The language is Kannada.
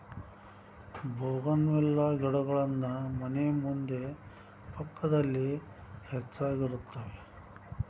ಬೋಗನ್ವಿಲ್ಲಾ ಗಿಡಗಳನ್ನಾ ಮನೆ ಮುಂದೆ ಪಕ್ಕದಲ್ಲಿ ಹೆಚ್ಚಾಗಿರುತ್ತವೆ